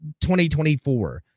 2024